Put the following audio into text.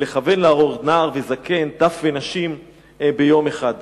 ולכוון להרוג נער וזקן טף ונשים ביום אחד.